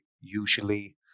usually